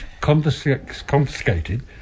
confiscated